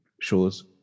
shows